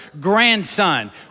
grandson